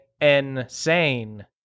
insane